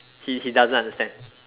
he he doesn't understand